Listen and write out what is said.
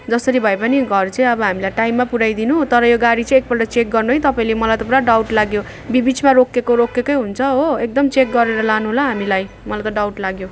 जसरी भए पनि घर चाहिँ अब हामीलाई टाइममा पुर्याइदिनु तर यो गाडी चाहिँ एक पल्ट चेक गर्नु है तपाईँले मलाई त पुरा डाउट लाग्यो बि बिचमा रोकेको रोकेकै हुन्छ हो एकदम चेक गरेर लानु ल हामीलाई मलाई त डाउट लाग्यो